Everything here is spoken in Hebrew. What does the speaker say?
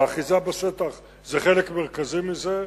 והאחיזה בשטח זה חלק מרכזי מזה.